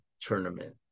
tournament